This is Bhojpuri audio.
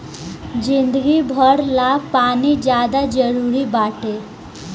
जिंदगी भर ला पानी ज्यादे जरूरी चीज़ बाटे